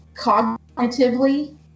cognitively